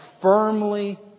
firmly